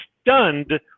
stunned